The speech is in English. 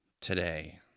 Today